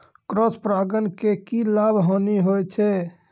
Cross परागण के की लाभ, हानि होय छै?